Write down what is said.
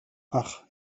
ach